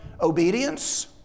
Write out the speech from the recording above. obedience